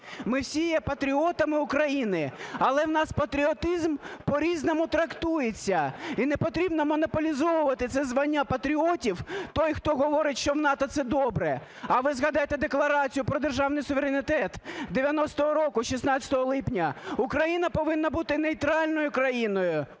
ми всі є патріотами України. Але в нас патріотизм по-різному трактується. І непотрібно монополізовувати це звання патріотів. Той, хто говорить, що в НАТО це добре, а ви згадайте Декларацію про державний суверенітет 90-го року 16 липня: Україна повинна бути нейтральною країною.